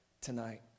tonight